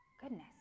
Goodness